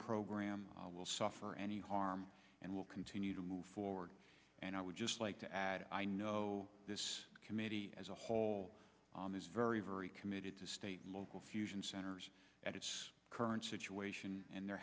program will suffer any harm and will continue to move forward and i would just like to add i know this committee as a whole is very very committed to state and local fusion centers at its current situation and there